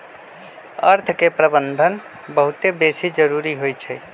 अर्थ के प्रबंधन बहुते बेशी जरूरी होइ छइ